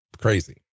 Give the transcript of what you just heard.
crazy